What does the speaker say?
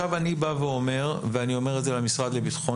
אני בא ואומר ואני אומר את זה למשרד לביטחון